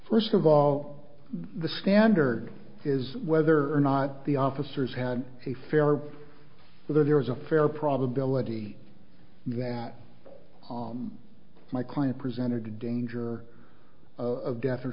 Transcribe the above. first of all the standard is whether or not the officers had a fair or whether there was a fair probability that my client presented a danger of death or